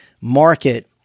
market